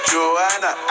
Joanna